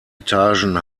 etagen